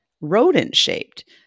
rodent-shaped